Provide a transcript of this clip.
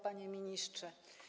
Panie Ministrze!